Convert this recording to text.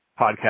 podcast